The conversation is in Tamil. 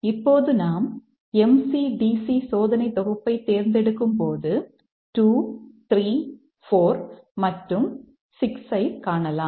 இப்போது நாம் MC DC சோதனை தொகுப்பைத் தேர்ந்தெடுக்கும்போது 2 3 4 மற்றும் 6 ஐக் காணலாம்